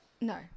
no